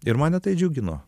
ir mane tai džiugino